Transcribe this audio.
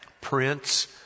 Prince